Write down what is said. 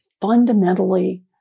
fundamentally